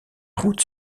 route